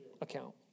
account